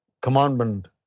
commandment